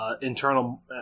internal